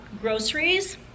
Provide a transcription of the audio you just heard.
groceries